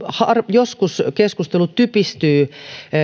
joskus keskustelu typistyy